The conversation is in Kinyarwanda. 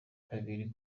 babiri